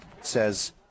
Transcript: says